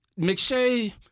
McShay